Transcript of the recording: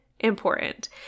important